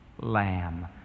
lamb